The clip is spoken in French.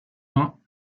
vingts